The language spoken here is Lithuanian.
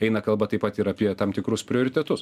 eina kalba taip pat ir apie tam tikrus prioritetus